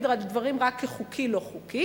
על הדברים רק כ"חוקי" או "לא חוקי",